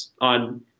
on